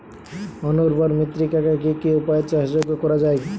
অনুর্বর মৃত্তিকাকে কি কি উপায়ে চাষযোগ্য করা যায়?